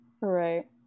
Right